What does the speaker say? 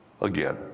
again